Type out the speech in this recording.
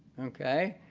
okay?